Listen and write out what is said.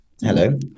Hello